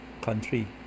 country